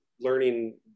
learning